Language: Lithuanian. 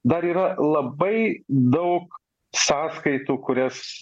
dar yra labai daug sąskaitų kurias